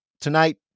tonight